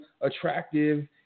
attractive